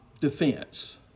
defense